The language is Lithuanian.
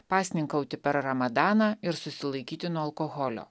pasninkauti per ramadaną ir susilaikyti nuo alkoholio